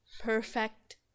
perfect